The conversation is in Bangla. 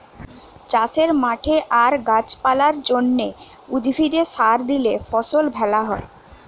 চাষের মাঠে আর গাছ পালার জন্যে, উদ্ভিদে সার দিলে ফসল ভ্যালা হয়